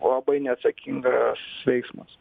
labai neatsakingas veiksmas